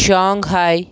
شانٛگ ہاے